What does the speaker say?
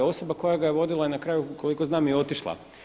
Osoba koja ga je vodila na kraju koliko znam je otišla.